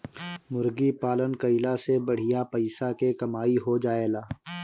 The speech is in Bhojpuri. मुर्गी पालन कईला से बढ़िया पइसा के कमाई हो जाएला